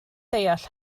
deall